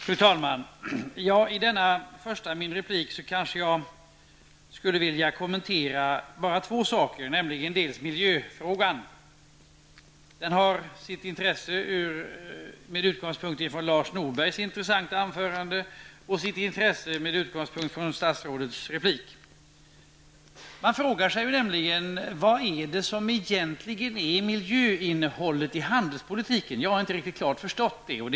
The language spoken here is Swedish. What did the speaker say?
Fru talman! I denna min första replik skulle jag kanske kommentera två saker, bl.a. miljöfrågan. Denna fråga har sitt intresse med utgångspunkt i Lars Norbergs intressanta anförande och statsrådets replik. Man frågar sig nämligen vad som egentligen är miljöinnehållet i handelspolitiken. Jag har inte riktigt förstått detta.